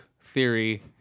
theory